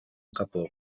capó